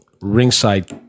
Ringside